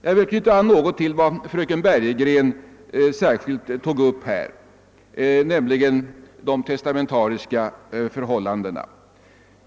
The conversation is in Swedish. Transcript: Jag vill emellertid knyta an något till vad fröken Bergegren särskilt tog upp, nämligen de testamentariska förhållandena.